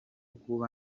kuba